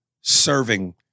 serving